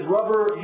rubber